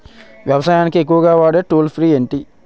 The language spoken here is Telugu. వ్యవసాయానికి ఎక్కువుగా వాడే టూల్ పేరు ఏంటి?